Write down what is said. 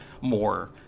more